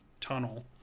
tunnel